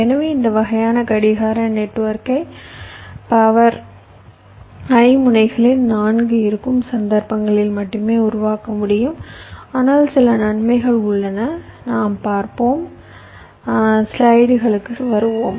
எனவே இந்த வகையான கடிகார நெட்வொர்க்கை பவர் i முனைகளில் 4 இருக்கும் சந்தர்ப்பங்களில் மட்டுமே உருவாக்க முடியும் ஆனால் சில நன்மைகள் உள்ளன நாம் பார்ப்போம் ஸ்லைடுகளுக்கு வருவோம்